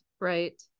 right